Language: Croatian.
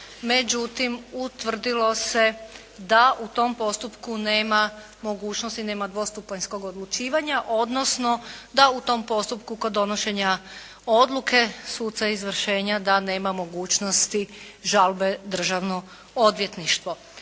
međutim utvrdilo se da u tom postupku nema mogućnosti, nema dvostupanjskog odlučivanja odnosno da u tom postupku kod donešenja odluke suca izvršenja da nema mogućnosti žalbe Državno odvjetništvo.